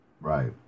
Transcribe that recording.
Right